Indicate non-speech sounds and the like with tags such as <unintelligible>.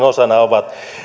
<unintelligible> osana ovat